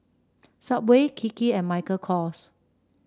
Subway Kiki and Michael Kors